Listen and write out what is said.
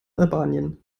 albanien